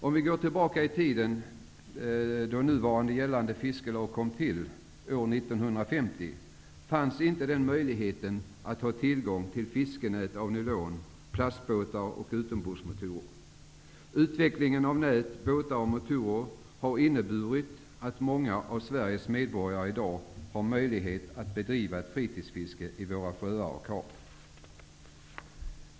År 1950, då nu gällande fiskelag kom till, fanns inte möjligheten att ha tillgång till fiskenät av nylon, plastbåtar och utombordsmotorer. Utvecklingen av nät, båtar och motorer har inneburit att många av Sveriges medborgare i dag har möjlighet att bedriva ett fritidsfiske i våra sjöar och hav.